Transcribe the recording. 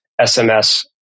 SMS